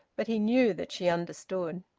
but he knew that she understood.